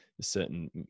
certain